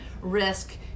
risk